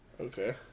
Okay